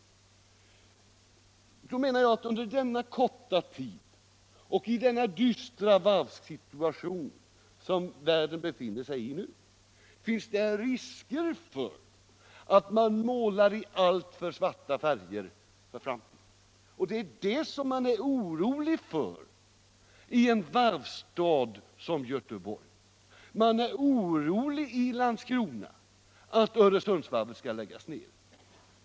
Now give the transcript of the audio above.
Jag menar att under denna korta tid och i den dystra varvssituation som världen befinner sig i nu, finns det risker för att man målar i alltför mörka färger för framtiden. Det är det som man är orolig för i en varvsstad som Göteborg. I Landskrona är man orolig för att Öresundsvarvet skall läggas ned.